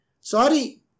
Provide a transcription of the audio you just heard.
Sorry